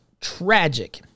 tragic